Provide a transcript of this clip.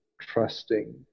trusting